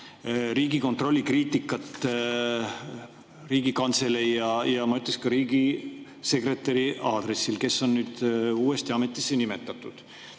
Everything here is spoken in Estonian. Riigikontrolli kriitikat Riigikantselei ja ka riigisekretäri aadressil, kes on nüüd uuesti ametisse nimetatud.